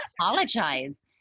apologize